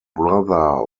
brother